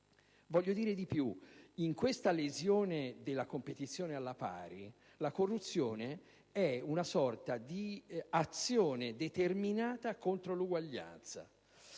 Vorrei dire di più. In questa lesione della competizione alla pari, la corruzione è una sorta di azione determinata contro l'uguaglianza,